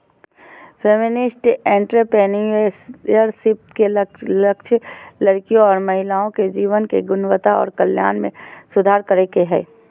feminist entrepreneurship के लक्ष्य लड़कियों और महिलाओं के जीवन की गुणवत्ता और कल्याण में सुधार करे के हय